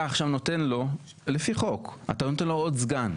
אתה עכשיו נותן לו לפי חוק אתה נותן לו עוד סגן,